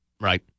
Right